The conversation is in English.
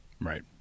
right